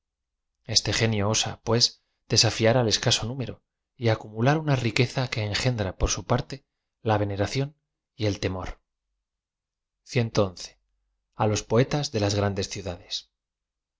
este genio osa pues desafiar al escaso núm ero y acumular una riqueza que engendra por su parte la veneración y el temor á los poetas de las grandes ciudades